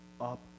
up